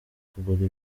kugura